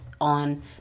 on